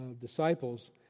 disciples